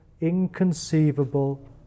inconceivable